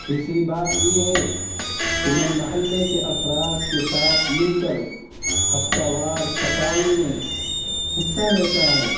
تیسری بات یہ ہے کہ میں محلے کے افراد کے ساتھ مل کر ہفتہ وار صفائی میں حصہ لیتا ہوں